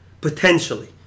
Potentially